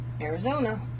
arizona